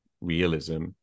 realism